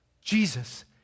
Jesus